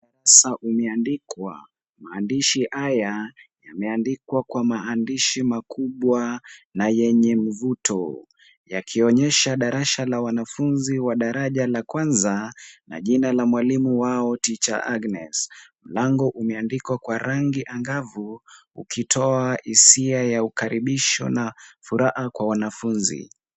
Saa umeandikwa maandishi haya yameandikwa kwa maandishi makubwa na yenye mvuto. Yakionyesha darasa la wanafunzi wa daraja la kwanza na jina la mwalimu wao teacher Agnes. Mlango umeandikwa kwa rangi angavu ukitoa hisia ya ukaribisho na furaha kwa wanafunzi.